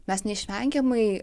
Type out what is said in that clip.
mes neišvengiamai